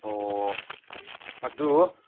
ꯑꯣ ꯑꯗꯨ